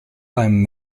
beim